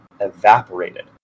evaporated